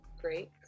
great